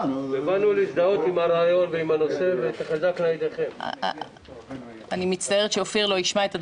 11:36) אני מצטערת שאופיר לא ישמע את הדברים,